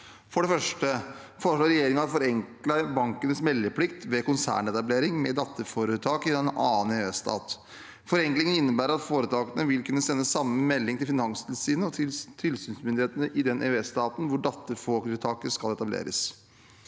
For det første foreslår regjeringen å forenkle bankenes meldeplikt ved konsernetablering med datterforetak i en annen EØS-stat. Forenklingen innebærer at foretakene vil kunne sende samme melding til Finanstilsynet og tilsynsmyndighetene i den EØS-staten hvor datterforetaket skal etableres.